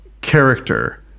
character